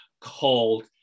called